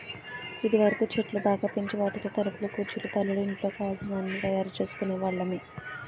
ఇదివరకు చెట్లు బాగా పెంచి వాటితో తలుపులు కుర్చీలు బల్లలు ఇంట్లో కావలసిన అన్నీ తయారు చేసుకునే వాళ్ళమి